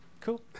cool